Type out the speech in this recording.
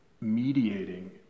mediating